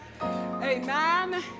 amen